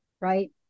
right